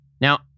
Now